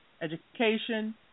education